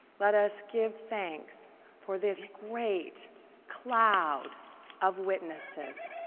let us give thanks for this great cloud of witnesses.